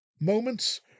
moments